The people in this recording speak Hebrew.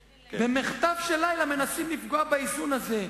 במחטף של לילה מנסים לפגוע באיזון הזה.